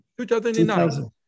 2009